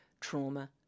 trauma